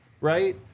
right